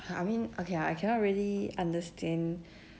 ah I mean okay lah I cannot really understand